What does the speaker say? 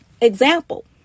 example